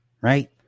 right